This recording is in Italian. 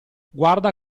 guarda